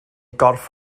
gorff